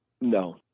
No